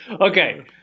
Okay